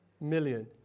million